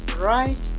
right